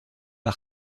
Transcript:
par